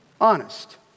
Honest